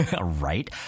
Right